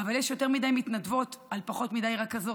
אבל יש יותר מדי מתנדבות על פחות מדי רכזות,